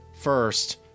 first